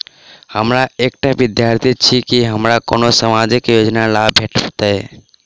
हम एकटा विद्यार्थी छी, की हमरा कोनो सामाजिक योजनाक लाभ भेटतय?